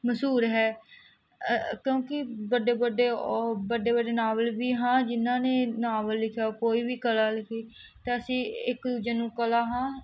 ਮਸ਼ਹੂਰ ਹੈ ਕਿਉਂਕਿ ਵੱਡੇ ਵੱਡੇ ਉਹ ਵੱਡੇ ਵੱਡੇ ਨਾਵਲ ਵੀ ਹਾਂ ਜਿਹਨਾਂ ਨੇ ਨਾਵਲ ਲਿਖਿਆ ਕੋਈ ਵੀ ਕਲਾ ਲਿਖੀ ਅਤੇ ਅਸੀਂ ਇੱਕ ਦੂਜੇ ਨੂੰ ਕਲਾ ਹਾਂ